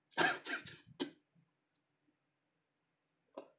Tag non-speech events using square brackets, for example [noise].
[coughs]